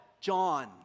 John